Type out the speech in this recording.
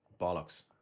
bollocks